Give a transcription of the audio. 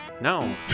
No